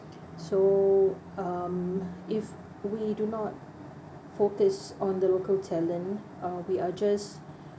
so um if we do not focus on the local talent uh we are just